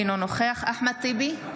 אינו נוכח אחמד טיבי,